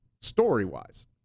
story-wise